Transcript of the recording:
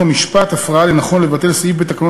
בית-המשפט אף ראה לנכון לבטל סעיף בתקנון